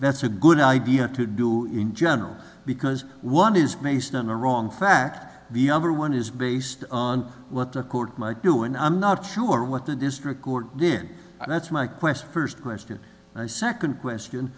that's a good idea to do in general because one is based on a wrong fact the other one is based on what the court might do and i'm not sure what the district court did that's my question first question my second question